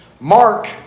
Mark